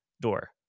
door